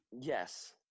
Yes